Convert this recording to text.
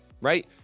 right